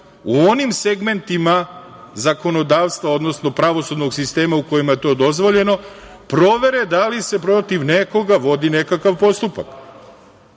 u onim segmentima zakonodavstva, odnosno, pravosudnog sistema u kojima je to dozvoljeno, provere da li se protiv nekoga vodi nekakav postupak,